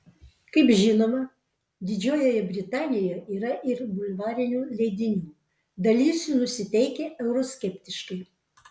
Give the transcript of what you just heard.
kaip žinoma didžiojoje britanijoje yra ir bulvarinių leidinių dalis jų nusiteikę euroskeptiškai